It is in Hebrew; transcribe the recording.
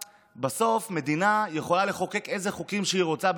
בסוף, מדינה יכולה לחוקק איזה חוקים שהיא רוצה.